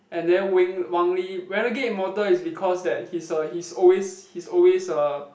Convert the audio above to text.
and then Wing Wang-Lee renegade-immortal is because that he's a he's always he's always uh